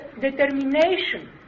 determination